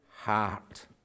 heart